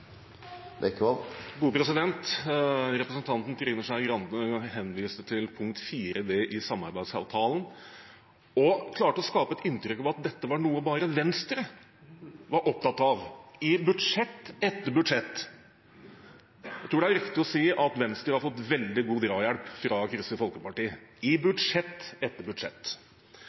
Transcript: Bekkevold – til oppfølgingsspørsmål. Representanten Trine Skei Grande henviste til punkt 4 d i samarbeidsavtalen og klarte å skape et inntrykk av at dette var noe bare Venstre var opptatt av i budsjett etter budsjett. Jeg tror det er riktig å si at Venstre har fått veldig god drahjelp fra Kristelig Folkeparti i budsjett etter budsjett.